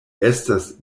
estas